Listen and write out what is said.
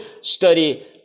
study